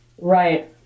Right